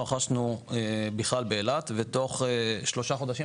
לא רכשנו בכלל באילת ותוך שלושה חודשים,